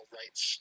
rights